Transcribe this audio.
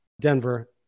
denver